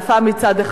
מצד אחד,